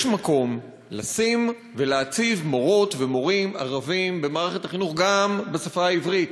יש מקום לשים ולהציב מורות ומורים ערבים במערכת החינוך גם בשפה העברית.